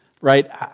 right